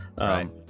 Right